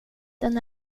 den